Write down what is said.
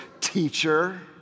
teacher